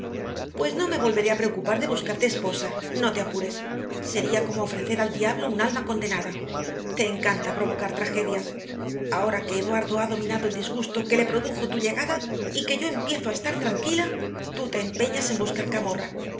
pues no me volveré a preocupar de buscarte esposa no te apures sería como ofrecer al diablo un alma condenada te encanta provocar tragedias ahora que eduardo ha dominado el disgusto que le produjo tu llegada y que yo empiezo a estar tranquila tú te empeñas en buscar camorra